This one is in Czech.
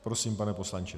Prosím, pane poslanče.